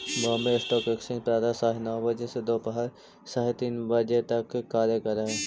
Bombay stock exchange प्रातः सवा नौ बजे से दोपहर साढ़े तीन तक कार्य करऽ हइ